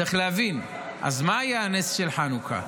צריך להבין, אז מה היה הנס של חנוכה?